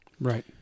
Right